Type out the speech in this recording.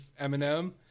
Eminem